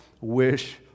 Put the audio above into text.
wish